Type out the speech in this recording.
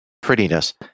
prettiness